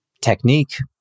technique